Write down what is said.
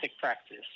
practice